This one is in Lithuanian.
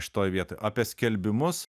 šitoj vietoj apie skelbimus